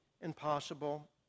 impossible